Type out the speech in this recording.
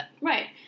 Right